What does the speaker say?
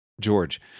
George